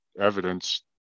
evidence